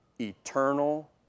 eternal